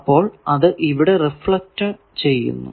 അപ്പോൾ അത് ഇവിടെ റിഫ്ലക്ട് ചെയ്യുന്നു